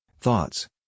thoughts